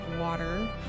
water